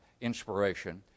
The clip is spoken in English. inspiration